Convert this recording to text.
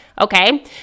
Okay